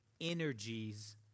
energies